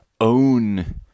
own